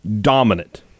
dominant